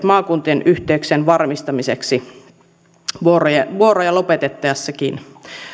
maakuntien yhteyksien varmistamiseksi vuoroja lopetettaessakin